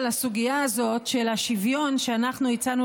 לסוגיה הזאת של השוויון שאנחנו הצענו